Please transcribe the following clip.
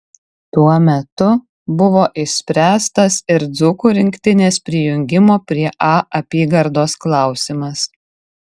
tuo metu buvo išspręstas ir dzūkų rinktinės prijungimo prie a apygardos klausimas